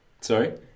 Sorry